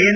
N